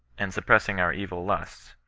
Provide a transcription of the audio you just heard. and suppressing our evil lusts.